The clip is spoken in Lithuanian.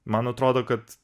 man atrodo kad